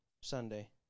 Sunday